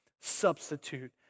substitute